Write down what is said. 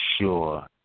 sure